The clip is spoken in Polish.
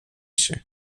się